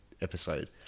episode